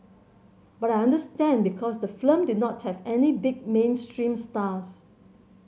but I understand because the film did not have any big mainstream stars